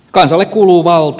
kansalle kuuluu valta